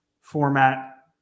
format